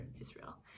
Israel